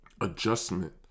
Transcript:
adjustment